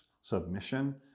submission